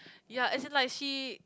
ya as in like she